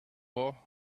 all